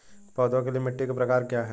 पौधों के लिए मिट्टी के प्रकार क्या हैं?